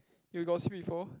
you got see before